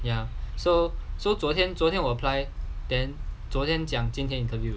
ya so so 昨天昨天我 apply then 昨天讲今天 interview